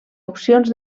opcions